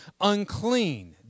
unclean